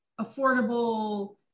affordable